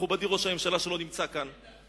מכובדי ראש הממשלה שלא נמצא כאן,